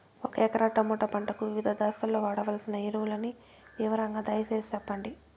ఒక ఎకరా టమోటా పంటకు వివిధ దశల్లో వాడవలసిన ఎరువులని వివరంగా దయ సేసి చెప్పండి?